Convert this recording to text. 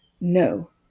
no